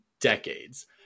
decades